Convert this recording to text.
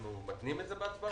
אנחנו מתנים את זה בהצבעה?